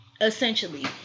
Essentially